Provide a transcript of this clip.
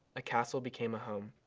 a castle became a home.